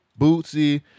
Bootsy